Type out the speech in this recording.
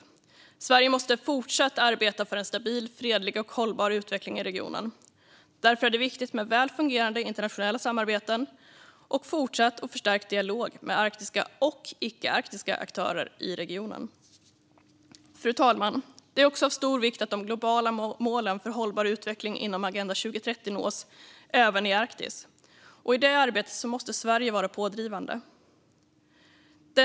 Sverige måste fortsatt arbeta för en stabil, fredlig och hållbar utveckling i regionen. Därför är det viktigt med väl fungerande internationella samarbeten och fortsatt och förstärkt dialog med arktiska och icke-arktiska aktörer i regionen. Fru talman! Det är också av stor vikt att de globala målen för hållbar utveckling inom Agenda 2030 nås även i Arktis, och i det arbetet måste Sverige vara pådrivande.